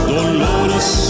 Dolores